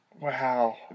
Wow